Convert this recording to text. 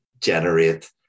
generate